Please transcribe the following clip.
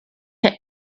hit